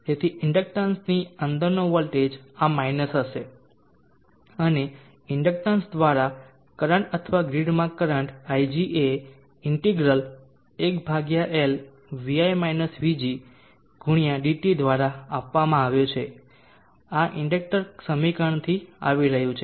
તેથી ઇન્ડક્ટન્સની અંદરનો વોલ્ટેજ આ માઈનસ હશે અને ઇન્ડક્ટન્સ દ્વારા કરંટ અથવા ગ્રીડ માં કરંટ ig એ integral 1 L vi - vg × dt દ્વારા આપવામાં આવ્યો છે આ ઇન્ડેક્ટર સમીકરણથી આવી રહ્યું છે